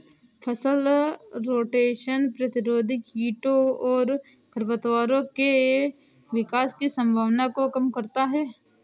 फसल रोटेशन प्रतिरोधी कीटों और खरपतवारों के विकास की संभावना को कम करता है